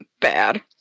Bad